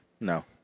No